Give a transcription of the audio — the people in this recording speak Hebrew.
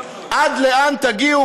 עד לאן תגיעו,